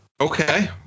Okay